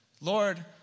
Lord